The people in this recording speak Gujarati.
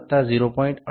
18 બરાબર 51